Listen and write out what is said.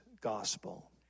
gospel